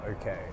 okay